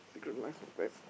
Secret Life of Pets